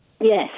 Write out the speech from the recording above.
Yes